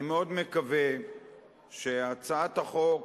אני מאוד מקווה שהצעת החוק